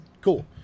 Cool